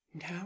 now